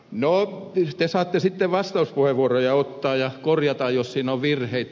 no te saatte sitten vastauspuheenvuoroja ottaa ja korjata jos siinä on virheitä